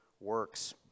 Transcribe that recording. works